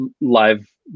live